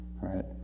right